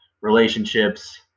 relationships